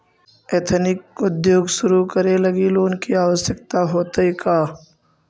Ethnic उद्योग शुरू करे लगी लोन के आवश्यकता होतइ का?